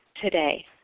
today